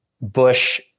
Bush